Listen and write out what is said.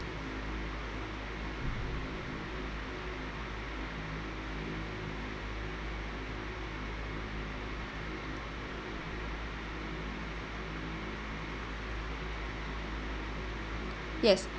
yes